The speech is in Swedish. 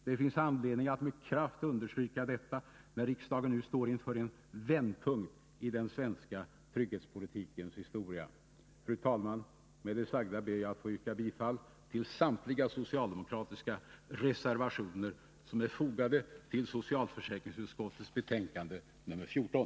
Det finns anledning att med kraft understryka detta när riksdagen nu står vid en vändpunkt i den svenska trygghetspolitikens historia. Fru talman! Med det sagda ber jag att få yrka bifall till samtliga socialdemokratiska reservationer som är fogade vid socialförsäkringsutskottets betänkande nr 14.